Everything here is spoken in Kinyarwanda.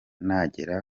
nagera